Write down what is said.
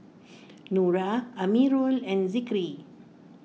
Nura Amirul and Zikri